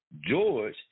George